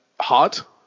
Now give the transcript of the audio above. hot